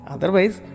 Otherwise